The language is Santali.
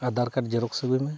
Aadhaar card xerox ᱟᱹᱜᱩᱭᱢᱮ